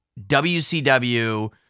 WCW